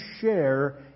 share